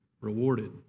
rewarded